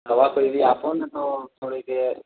દવા કોઈ બી આપો ને તો થોડીક એ